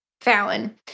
Fallon